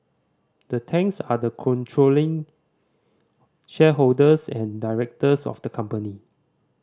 the Tangs are the controlling shareholders and directors of the company